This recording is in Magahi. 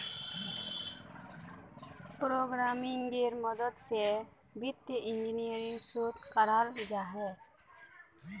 प्रोग्रम्मिन्गेर मदद से वित्तिय इंजीनियरिंग शोध कराल जाहा